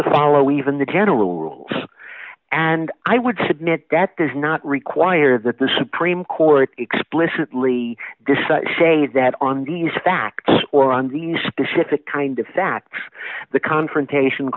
to follow even the general rules and i would submit that does not require that the supreme court explicitly say that on these facts or on the specific kind of facts the confrontation